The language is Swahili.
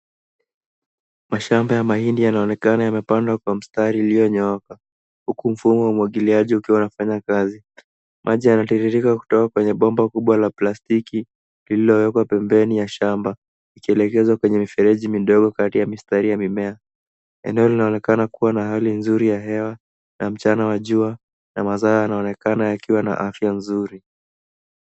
Mashamba ya mahindi yanaonekana yamepandwa kwa mstari iliyonyooka huku mfumo wa umwagiliaji ukiwa unafanya kazi. Maji yanatiririka kutoka kwenye bomba kubwa la plastiki lililowekwa pembeni ya shamba ikielekeza kwenye mifereji midogo kati ya mistari ya mimea. Eneo linaonekana kuwa na hali nzuri ya hewa na mchana wa jua na mazao yanaonekana yakiwa na afya nzuri.